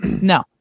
No